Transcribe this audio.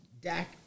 Dak